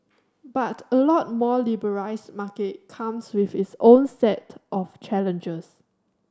but a lot more liberalised market comes with its own set of challenges